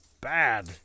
bad